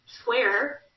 square